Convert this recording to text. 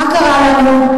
מה קרה לנו?